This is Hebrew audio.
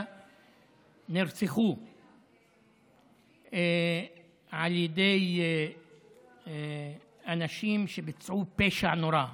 נרצחו על ידי אנשים שביצעו פשע נורא.